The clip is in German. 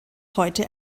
heute